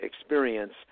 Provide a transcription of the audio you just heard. experience